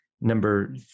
number